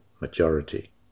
majority